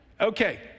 Okay